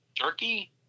turkey